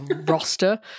roster